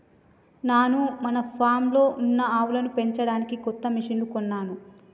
నాను మన ఫామ్లో ఉన్న ఆవులను పెంచడానికి కొత్త మిషిన్లు కొన్నాను